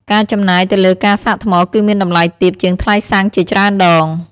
ការចំណាយទៅលើការសាកថ្មគឺមានតម្លៃទាបជាងថ្លៃសាំងជាច្រើនដង។